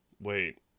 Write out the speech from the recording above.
wait